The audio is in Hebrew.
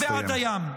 הסתיים.